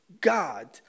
God